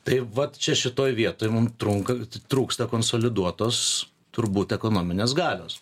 tai vat čia šitoj vietoj mum trunka trūksta konsoliduotos turbūt ekonominės galios